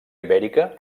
ibèrica